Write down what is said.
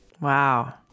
Wow